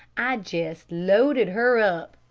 i jest loaded her up.